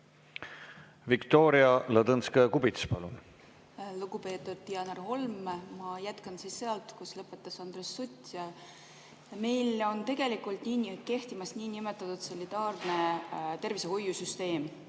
Viktoria Ladõnskaja-Kubits, palun! Lugupeetud Janar Holm! Ma jätkan sealt, kus lõpetas Andres Sutt. Meil tegelikult kehtib niinimetatud solidaarne tervishoiusüsteem.